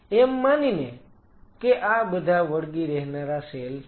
એમ માનીને કે આ બધા વળગી રહેનારા સેલ છે